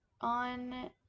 on